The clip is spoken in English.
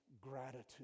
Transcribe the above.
gratitude